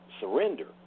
surrender